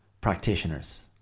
practitioners